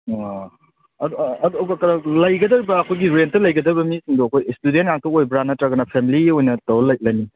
ꯑꯣ ꯑꯗꯣ ꯀꯩꯅꯣ ꯂꯩꯒꯗꯧꯔꯤꯕ ꯑꯩꯈꯣꯏꯒꯤ ꯔꯦꯟꯇ ꯂꯩꯒꯗꯕ ꯃꯤꯁꯤꯡꯗꯣ ꯑꯩꯈꯣꯏ ꯏꯁꯇꯨꯗꯦꯟꯉꯥꯛꯇ ꯑꯣꯏꯕ꯭ꯔꯥ ꯅꯠꯇ꯭ꯔꯒꯅ ꯐꯦꯃꯤꯂꯤ ꯑꯣꯏꯅ ꯇꯧꯔ ꯂꯩꯃꯤꯟ